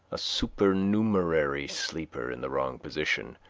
a supernumerary sleeper in the wrong position,